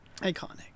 iconic